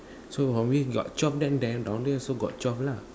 so from here got twelve then there down there also got twelve lah